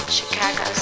Chicago